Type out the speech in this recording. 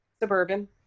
Suburban